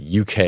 UK